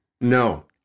no